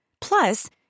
Plus